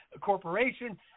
corporation